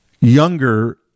younger